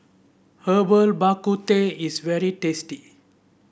Herbal Bak Ku Teh is very tasty